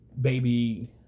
baby